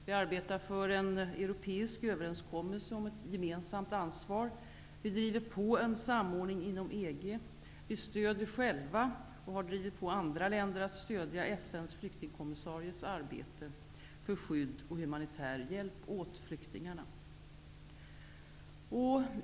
Vi arbetar för en europeisk överens kommelse om ett gemensamt ansvar. Vi driver på en samordning inom EG. Vi stödjer själva, och har drivit på andra länder att stödja, FN:s flyk tingkommissaries arbete för skydd och humanitär hjälp åt flyktingarna.